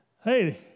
hey